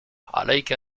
عليك